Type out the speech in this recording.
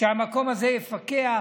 והמקום הזה יפקח,